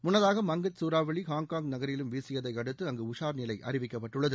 முன்னதாக மங்கத் சூறாவளி ஹாங்காங் நகரிலும் வீசியதை அடுத்து அங்கு உஷா்நிலை அறிவிக்கப்பட்டுள்ளது